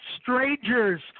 strangers